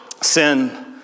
Sin